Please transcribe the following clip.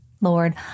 Lord